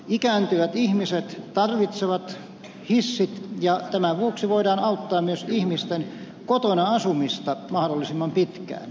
ikääntyvät ihmiset tarvitsevat hissit ja tämän vuoksi voidaan auttaa myös ihmisten kotona asumista mahdollisimman pitkään